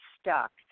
stuck